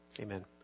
Amen